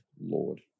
Lord